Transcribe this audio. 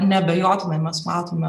neabejotinai mes matome